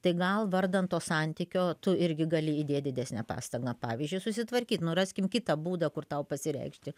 tai gal vardan to santykio tu irgi gali įdėt didesnę pastangą pavyzdžiui susitvarkyt nu raskim kitą būdą kur tau pasireikšti